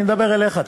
אני מדבר אליך תכף.